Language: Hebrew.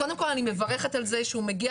קודם כל אני מברכת על זה שהוא מגיע